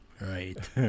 Right